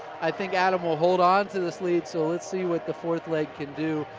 i think adam will hold on to this lead. so let's see what the fourth leg can do.